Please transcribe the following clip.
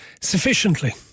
sufficiently